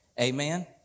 amen